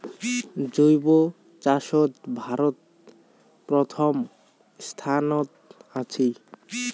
জৈব চাষত ভারত প্রথম স্থানত আছি